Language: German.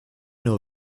nur